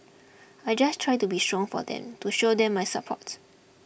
I just try to be strong for them to show them my support